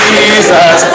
Jesus